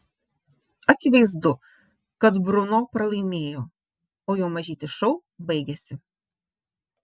akivaizdu kad bruno pralaimėjo o jo mažytis šou baigėsi